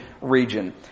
region